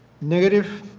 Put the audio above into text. negative,